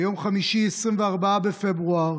ביום חמישי, 24 בפברואר,